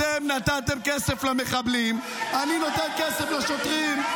אתם נתתם כסף למחבלים, אני נותן כסף לשוטרים.